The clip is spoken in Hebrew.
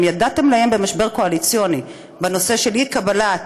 ידעתם לאיים במשבר קואליציוני בנושא של אי-קבלת